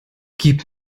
gib